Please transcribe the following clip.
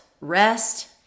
rest